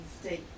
state